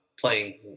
playing